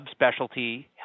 subspecialty